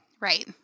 Right